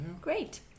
Great